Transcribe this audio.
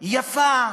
יפה?